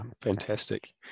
fantastic